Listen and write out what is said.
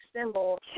symbol